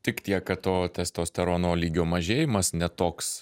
tik tiek kad to testosterono lygio mažėjimas ne toks